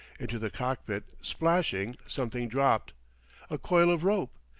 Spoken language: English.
into the cockpit, splashing, something dropped a coil of rope.